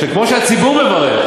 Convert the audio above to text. כמו שהציבור מברך,